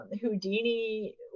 Houdini